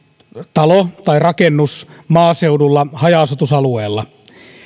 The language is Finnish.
talo tai rakennus maaseudulla haja asutusalueella